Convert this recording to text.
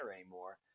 anymore